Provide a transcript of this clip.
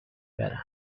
برم